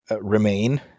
remain